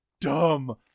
dumb